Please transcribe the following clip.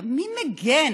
מי מגן